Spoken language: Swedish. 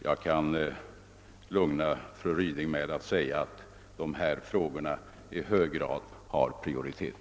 Jag kan alltså lugna fru Ryding med att dessa frågor i hög grad har prioritet.